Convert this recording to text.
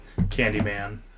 Candyman